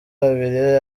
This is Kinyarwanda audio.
abiri